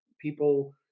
people